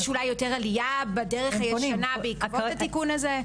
יש אולי יותר עלייה בדרך הישנה בעקבות התיקון הזה?